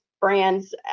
brands